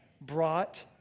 brought